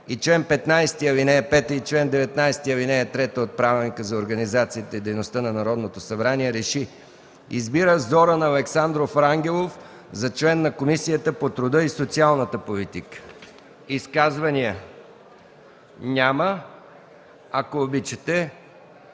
и чл. 15, ал. 5, и чл. 19, ал. 3 от Правилника за организацията и дейността на Народното събрание РЕШИ: Избира Зоран Александров Рангелов за член на Комисията по труда и социалната политика.” Изказвания? Няма. Ако обичате,